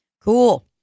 Cool